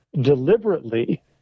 deliberately